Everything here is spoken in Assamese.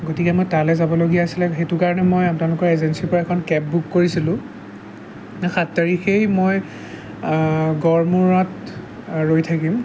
গতিকে মই তালৈ যাবলগীয়া আছিলে সেইটো কাৰণে মই আপোনালোকৰ এজেঞ্চিৰপৰা এখন কেব বুক কৰিছিলোঁ সাত তাৰিখেই মই গড়মূৰত ৰৈ থাকিম